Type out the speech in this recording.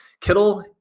Kittle